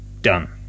done